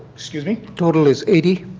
excuse me? the total is eighty?